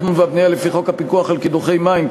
והבנייה לפי חוק הפיקוח על קידוחי מים,